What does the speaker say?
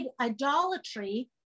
idolatry